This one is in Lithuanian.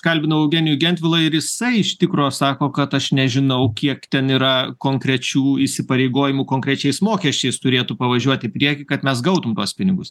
kalbinau eugenijų gentvilą ir jisai iš tikro sako kad aš nežinau kiek ten yra konkrečių įsipareigojimų konkrečiais mokesčiais turėtų pavažiuot į priekį kad mes gautum tuos pinigus